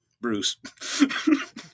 Bruce